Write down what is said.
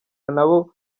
nabo